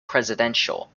presidential